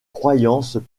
croyances